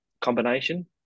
combination